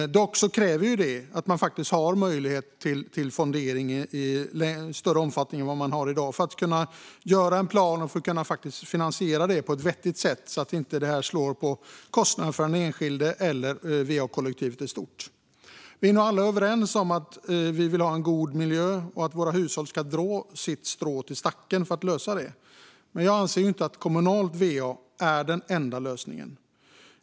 Dock kräver det att man har möjlighet till fondering i större omfattning än man har i dag för att kunna göra en plan och kunna finansiera det på ett vettigt sätt så att det inte blir kostnader för den enskilde eller va-kollektivet i stort. Vi är nog alla överens om att vi vill ha en god miljö och att våra hushåll ska dra sitt strå till stacken för att lösa det. Men jag anser inte att kommunalt va är den enda lösningen.